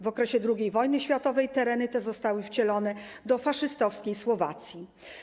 W okresie II wojny światowej tereny te zostały wcielone do faszystowskiej Słowacji.